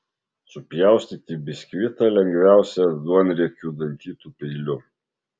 supjaustyti biskvitą lengviausia duonriekiu dantytu peiliu